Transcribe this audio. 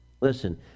Listen